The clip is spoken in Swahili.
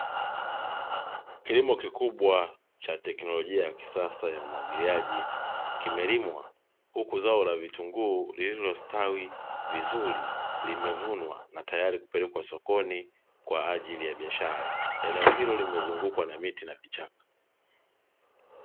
Kilimo kikubwa cha teknolojia ya kisasa ya umwagiliaji kimelimwa, huku zao la vitunguu lililostawi vizuri limevunwa, na tayari kupelekwa sokoni kwa ajili ya biashara, eneo hilo limezungukwa na miti na vichaka.